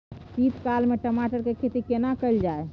शीत काल में टमाटर के खेती केना कैल जाय?